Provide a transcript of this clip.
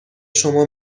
شما